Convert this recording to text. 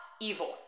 evil